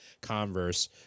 converse